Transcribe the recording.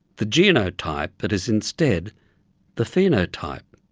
the genotype but is instead the phenotype.